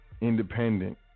independent